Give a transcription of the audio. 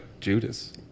Judas